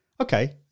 Okay